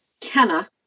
Kenna